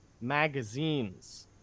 magazines